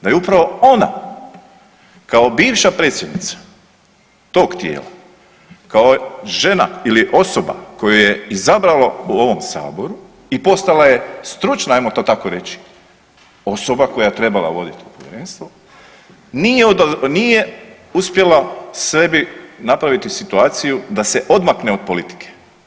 Da je upravo ona, kao bivša predsjednica tog tijela, kao žena ili osoba koju je izabralo u ovom saboru i postala je stručna, ajmo to tako reći osoba koja je trebala voditi to Povjerenstvo, nije uspjela sebi napraviti situaciju da se odmakne od politike.